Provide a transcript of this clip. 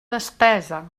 despesa